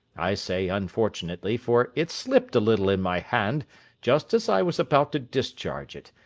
i say unfortunately, for it slipped a little in my hand just as i was about to discharge it,